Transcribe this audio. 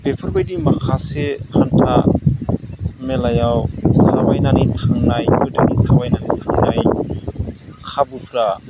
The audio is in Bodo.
बेफोरबायदि माखासे हान्था मेलायाव थाबायनानै थांनाय गोदोनि थाबायनानै थांनाय खाबुफोरा